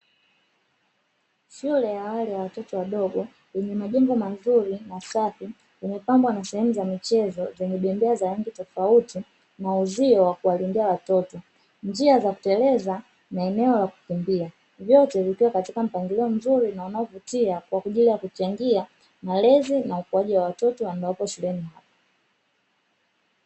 Shule ya awali ya watoto wadogo wenye majengo mazuri na safi umepambwa na sehemu za michezo zenye bembea za rangi tofauti na uzio wa kuwalindea watoto njia za kuteleza maeneo ya kukimbia vyote vikiwa katika mpangilio mzuri na unaovutia kwa ajili ya kuchangia malezi na ukuaji wa watoto ambapo shuleni hapo.